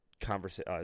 conversation